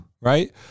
right